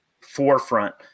forefront